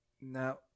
Now